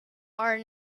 are